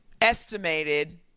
estimated